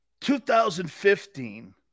2015